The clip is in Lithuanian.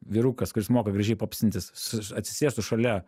vyrukas kuris moka gražiai popsintis su atsisėstų šalia